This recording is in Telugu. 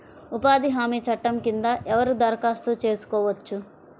ఉపాధి హామీ చట్టం కింద ఎవరు దరఖాస్తు చేసుకోవచ్చు?